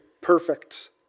perfect